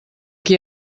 qui